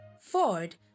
Ford